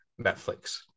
Netflix